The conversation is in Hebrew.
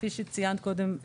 כפי שצוין קודם,